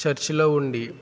చర్చిలో ఉండి